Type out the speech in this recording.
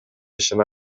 ишин